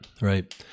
Right